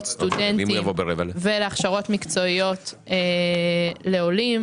סטודנטים ולהכשרות מקצועיות לעולים,